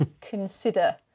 consider